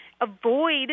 avoid